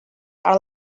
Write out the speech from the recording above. are